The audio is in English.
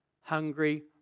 hungry